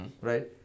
Right